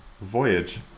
Voyage